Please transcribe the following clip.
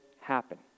happen